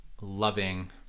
loving